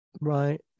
Right